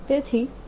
તેથી જો